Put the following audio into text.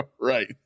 Right